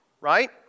Right